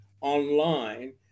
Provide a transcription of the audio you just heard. online